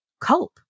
cope